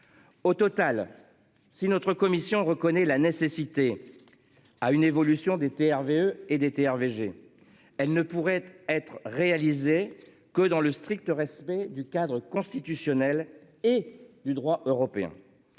Au total. Si notre commission reconnaît la nécessité. À une évolution des TRV et des TRV VG. Elle ne pourrait être réalisé que dans le strict respect du cadre constitutionnel et du droit européen.